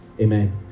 amen